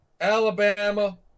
Alabama